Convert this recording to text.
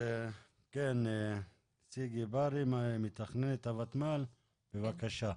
כן, סיגי בארי, מתכננת הוותמ"ל, בבקשה.